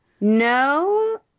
No